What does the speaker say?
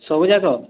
ସବୁ ଯାକ